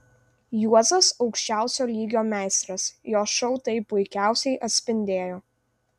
juozas aukščiausio lygio meistras jo šou tai puikiausiai atspindėjo